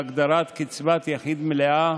בהגדרת קצבת יחיד מלאה,